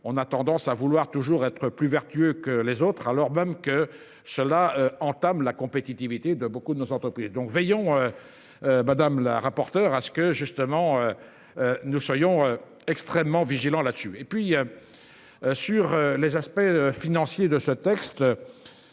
on a tendance à vouloir toujours être plus vertueux que les autres, alors même que cela entame la compétitivité de beaucoup de nos entreprises dont Veillon. Madame la rapporteure à ce que justement. Nous soyons extrêmement vigilants là-dessus et puis. Sur les aspects financiers de ce texte.